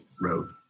road